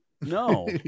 No